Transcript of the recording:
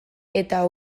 eta